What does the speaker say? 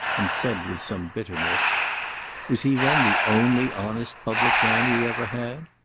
and said, with some bitterness was he then the only honest public man we ever had?